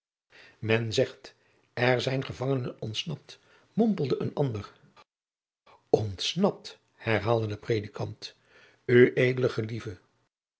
men zegt er zijn gevangenen ontsnapt mompelde een ander ontsnapt herhaalde de predikant ued gelieve